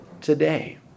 today